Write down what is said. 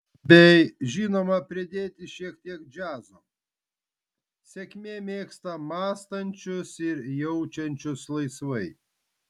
bei žinoma pridėti šiek tiek džiazo sėkmė mėgsta mąstančius ir jaučiančius laisvai